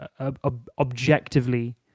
objectively